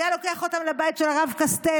הוא היה לוקח אותם לבית של הרב קסטל,